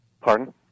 Pardon